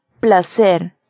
Placer